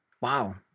Wow